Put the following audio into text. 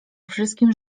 wszystkim